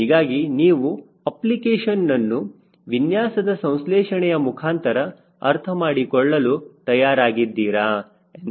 ಹೀಗಾಗಿ ನೀವು ಅಪ್ಲಿಕೇಶನ್ ನನ್ನು ವಿನ್ಯಾಸದ ಸಂಶ್ಲೇಷಣೆಯ ಮುಖಾಂತರ ಅರ್ಥಮಾಡಿಕೊಳ್ಳಲು ತಯಾರಾಗಿದ್ದೀರಾ ಎಂದು